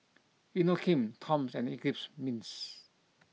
Inokim Toms and Eclipse Mints